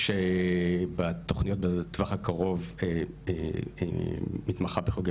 יש בתוכניות בטווח הקרוב מתמחה בכירורגיה